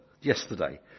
yesterday